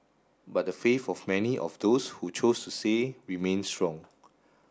but the faith of many of those who chose to say remains strong